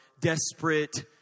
desperate